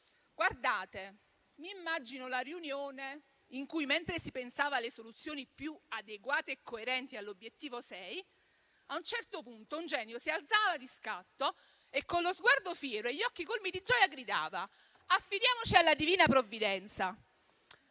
sanitario. Mi immagino la riunione in cui, mentre si pensava le soluzioni più adeguate e coerenti all'obiettivo 6, a un certo punto un genio si alzava di scatto e, con lo sguardo fiero e gli occhi colmi di gioia, gridava: affidiamoci alla Divina Provvidenza.